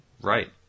Right